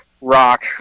rock